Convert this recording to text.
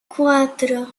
cuatro